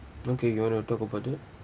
okay you want to talk about that